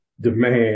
demand